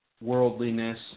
worldliness